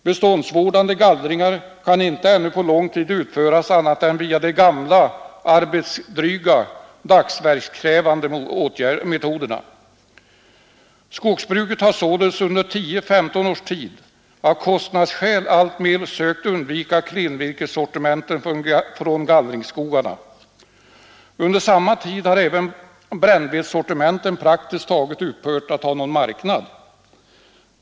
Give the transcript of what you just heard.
Beståndsvårdande gallringar kan inte ännu på lång sikt utföras annat än via de gamla arbetsdryga — dagsverkskrävande — metoderna. Skogsbruket har således under 10—15 års tid av kostnadsskäl alltmer sökt undvika klenvirkessortimenten från gallringsskogarna. Under samma tid har även brännvedssortimenten praktiskt taget upphört att ha någon marknad.